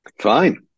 Fine